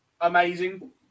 amazing